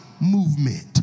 movement